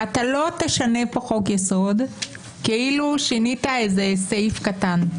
ואתה לא תשנה פה חוק יסוד כאילו שינית איזה סעיף קטן.